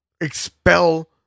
expel